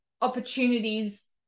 opportunities